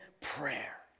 prayer